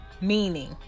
Meaning